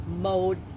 mode